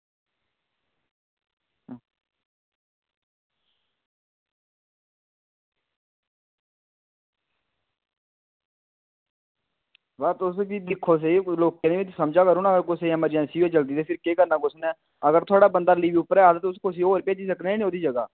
अवा तुस दिक्खो बी दिक्खो सेही लोकें दी बी समझा करो ना कुसै गी ऐमरजेंसी होऐ जल्दी ते फिर केह् करना कुसै ने अगर थुआढ़ा बंदा लीव उप्पर ऐ ते फिर तुस होर कोई बंदा भेजी सकने ना ओह्दी जगह